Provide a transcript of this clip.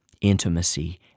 intimacy